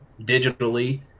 digitally